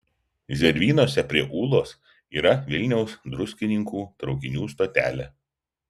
zervynose prie ūlos yra vilniaus druskininkų traukinių stotelė